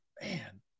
Man